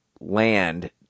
Land